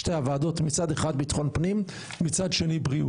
נחזור ב-10:30 ונצביע גם על סעיפים א' ו-ב' ב-10:55.